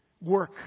work